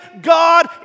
God